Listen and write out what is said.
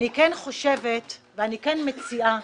אני כן חושבת ואני כן מציעה